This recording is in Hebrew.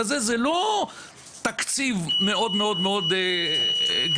זה לא תקציב מאוד מאוד גדול.